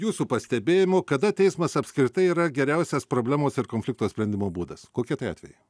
jūsų pastebėjimu kada teismas apskritai yra geriausias problemos ir konflikto sprendimo būdas kokie tai atvejai